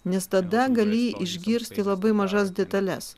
nes tada gali išgirsti labai mažas detales